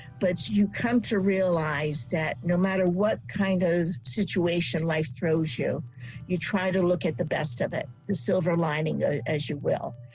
but you come to realize that no matter what kind of situation life throws you you try to look at the best of it. the silver lining day ah as you well,